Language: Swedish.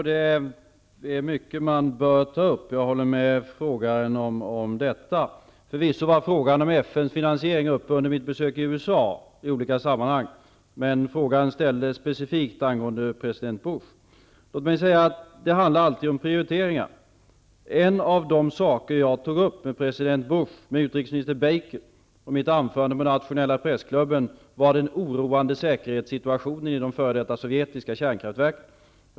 Herr talman! Jag håller med frågeställaren om att det är mycket som man bör ta upp. Förvisso kom frågan om FN:s finansiering upp i olika sammanhang under mitt besök i USA. Men den ställda frågan gällde specifikt president Bush. Det handlar alltid om prioriteringar. En av de saker jag tog upp med president Bush, med utrikesminister Baker och i mitt anförande för nationella pressklubben var den oroande situationen när det gäller säkerheten i de f.d. sovjetiska kärnkraftverken.